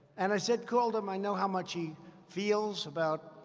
and i said called him. i know how much he feels about,